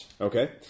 Okay